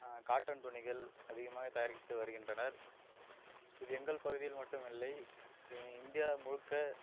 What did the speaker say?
cotton துணிகள் அதிகமாக தயாரித்து வருகின்றனர் இது எங்கள் பகுதியில் மட்டும் இல்லை இந்தியா முழுக்க